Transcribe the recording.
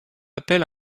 appel